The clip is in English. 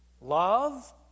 Love